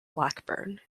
blackburn